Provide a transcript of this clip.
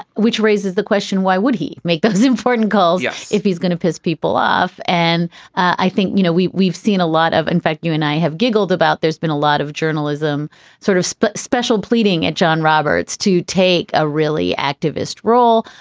which raises the question, why would he make those important goals yeah if he's going to piss people off? and i think, you know, we've we've seen a lot of in fact, you and i have giggled about there's been a lot of journalism sort of split special pleading at john roberts to take a really activist role.